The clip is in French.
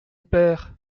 père